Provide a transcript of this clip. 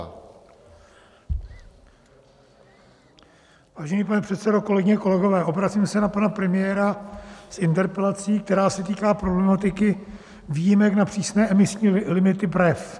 Vážený pane předsedo, kolegyně, kolegové, obracím se na pana premiéra s interpelací, která se týká problematiky výjimek na přísné emisní limity BREF.